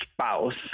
spouse